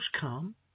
come